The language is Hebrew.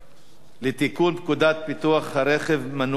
לתיקון פקודת ביטוח רכב מנועי (מס'